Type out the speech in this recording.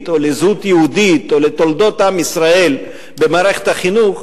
או לזהות יהודית או לתולדות עם ישראל במערכת החינוך,